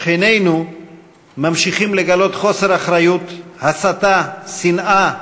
שכנינו ממשיכים לגלות חוסר אחריות, הסתה, שנאה,